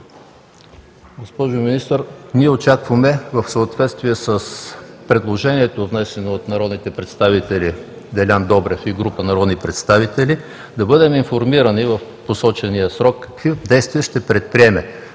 Госпожо Министър, очакваме в съответствие с предложението, внесено от народните представители Делян Добрев и група народни представители, да бъдем информирани в посочения срок какви действия ще предприеме